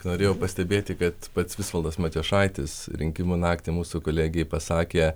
norėjau pastebėti kad pats visvaldas matijošaitis rinkimų naktį mūsų kolegei pasakė